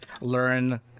learn